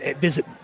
visit